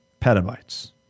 petabytes